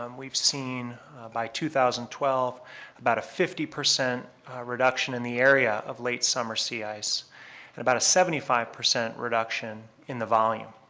um we've seen by two thousand and twelve about a fifty percent reduction in the area of late summer sea ice and about a seventy five percent reduction in the volume.